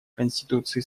конституции